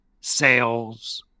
sales